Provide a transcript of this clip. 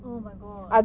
oh my god